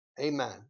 Amen